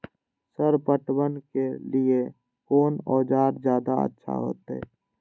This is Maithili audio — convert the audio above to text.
सर पटवन के लीऐ कोन औजार ज्यादा अच्छा होते?